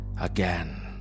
again